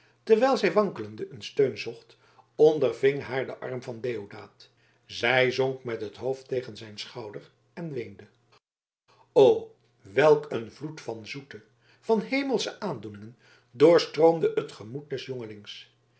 terwijl zij wankelende een steun zocht onderving haar de arm van deodaat zij zonk met het hoofd tegen zijn schouder en weende o welk een vloed van zoete van hemelsche aandoeningen doorstroomde het gemoed des